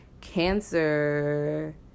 Cancer